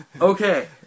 Okay